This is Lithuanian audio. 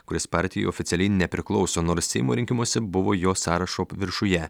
kuris partijai oficialiai nepriklauso nors seimo rinkimuose buvo jo sąrašo viršuje